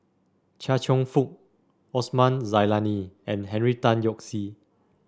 Chia Cheong Fook Osman Zailani and Henry Tan Yoke See